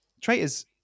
Traitors